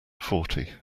forty